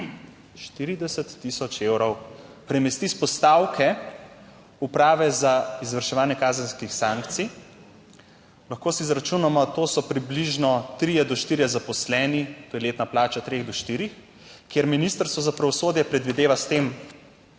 40000 evrov premesti s postavke Uprave za izvrševanje kazenskih sankcij. Lahko si izračunamo to so približno trije do štirje zaposleni, to je letna plača treh do štirih, kjer Ministrstvo za pravosodje predvideva s tem